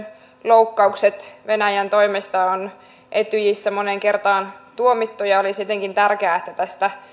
loukkaukset venäjän toimesta on etyjissä moneen kertaan tuomittu ja olisi tärkeää että tästä